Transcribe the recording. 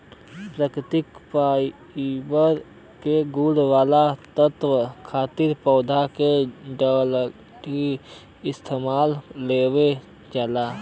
प्राकृतिक फाइबर के गुण वाला तत्व खातिर पौधा क डंठल इस्तेमाल लेवल जाला